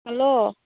hello